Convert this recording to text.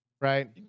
right